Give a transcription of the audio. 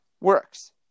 Works